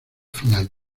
final